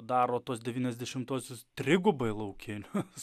daro tuos devyniasdešimtuosius trigubai laukinius